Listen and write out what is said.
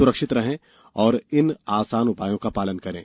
सुरक्षित रहें और इन आसान उपायों का पालन करें